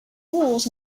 walls